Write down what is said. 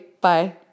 Bye